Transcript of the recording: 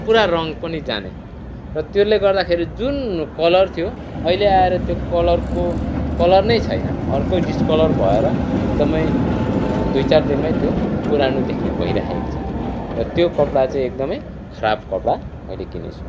पुरा रङ पनि जाने र त्यसले गर्दाखेरि जुन कलर थियो अहिले आएर त्यो कलरको कलर नै छैन अर्कै डिसकलर भएर एकदमै दुई चार दिनमै त्यो पुरानो देख्ने भइरहेको छ त्यो कपडा चाहिँ एकदमै खराब कपडा मैले किनेँछु